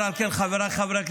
למה?